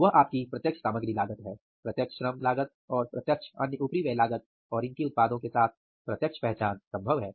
वह आपकी प्रत्यक्ष सामग्री लागत है प्रत्यक्ष श्रम लागत और प्रत्यक्ष अन्य उपरिव्यय लागत और इनकी उत्पादों के साथ प्रत्यक्ष पहचान संभव है